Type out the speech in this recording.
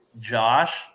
Josh